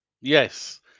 Yes